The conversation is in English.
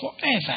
forever